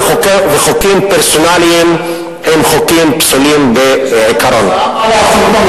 וחוקים פרסונליים הם חוקים פסולים בעיקרון.